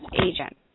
agent